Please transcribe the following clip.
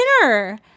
dinner